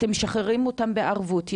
אתם משחררים אותם בערבות?